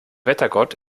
wettergott